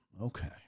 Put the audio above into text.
Okay